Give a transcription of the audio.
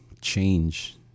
change